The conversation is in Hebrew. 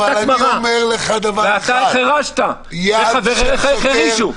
ואתה החרשת, וחבריך החרישו.